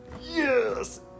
Yes